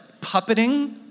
puppeting